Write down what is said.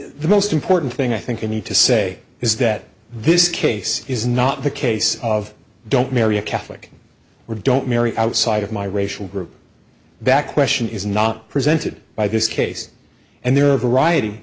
the most important thing i think you need to say is that this case is not the case of don't marry a catholic or don't marry outside of my racial group back question is not presented by this case and there are